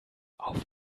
auf